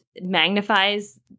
magnifies